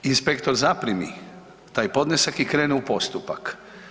Inspektor zaprimi taj podnesak i krene u postupak.